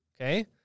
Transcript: Okay